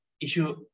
issue